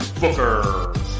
Booker